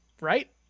right